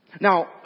Now